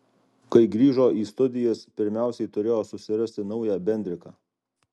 kai grįžo į studijas pirmiausiai turėjo susirasti naują bendriką